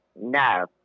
No